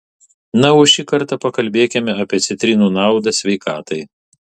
na o šį kartą pakalbėkime apie citrinų naudą sveikatai